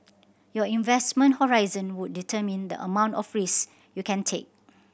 your investment horizon would determine the amount of risk you can take